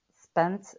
spent